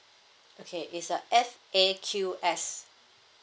okay it's uh F A Q S